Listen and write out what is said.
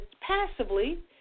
passively